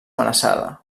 amenaçada